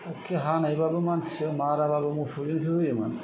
एखे हानायबाबो मानसि नाराबाबो मोसौजोंसो होयोमोन